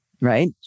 right